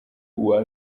uwa